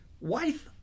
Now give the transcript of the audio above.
Wife